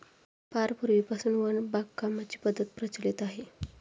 फार पूर्वीपासून वन बागकामाची पद्धत प्रचलित आहे